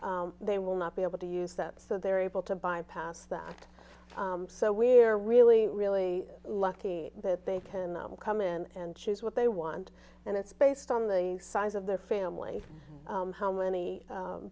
juice they will not be able to use that so they are able to bypass that so we are really really lucky that they can come in and choose what they want and it's based on the size of their family how many